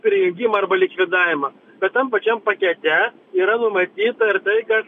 rengimą arba likvidavimą bet tam pačiam pakete yra numatyta ir tai kad